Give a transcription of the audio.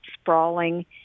sprawling